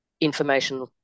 information